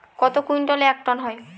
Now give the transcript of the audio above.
কত কুইন্টালে এক টন হয়?